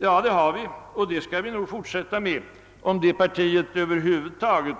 Ja, det har vi, och det skall vi nog fortsätta med, om det partiet över huvud taget